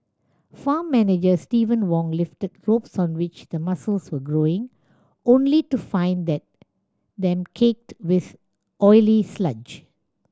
farm manager Steven Wong lifted ropes on which the mussels were growing only to find them caked with oily sludge